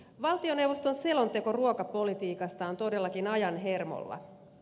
valtioneuvoston selonteko ruokapolitiikasta on todellakin ajan hermolla